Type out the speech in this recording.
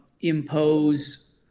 impose